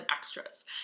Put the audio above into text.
extras